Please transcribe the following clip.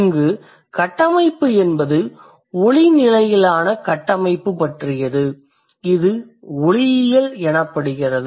இங்கு கட்டமைப்பு என்பது ஒலி நிலையிலான கட்டமைப்பு பற்றியது இது ஒலியியல் எனப்படுகிறது